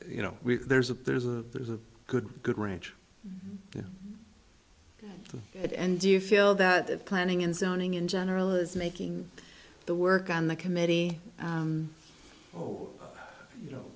you know there's a there's a there's a good good range and do you feel that that planning and zoning in general is making the work on the committee oh you know